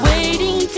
Waiting